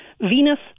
Venus